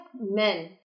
men